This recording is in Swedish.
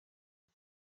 jag